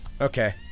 Okay